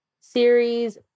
series